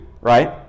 right